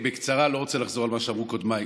בקצרה, אני לא רוצה לחזור על מה שאמרו קודמיי.